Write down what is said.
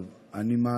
טוב, אני מעלה